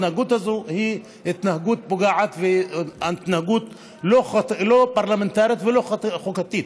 ההתנהגות הזאת היא התנהגות פוגעת והתנהגות לא פרלמנטרית ולא חוקתית.